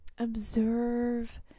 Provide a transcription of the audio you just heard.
Observe